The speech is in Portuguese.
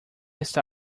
está